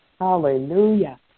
Hallelujah